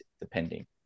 depending